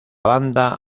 banda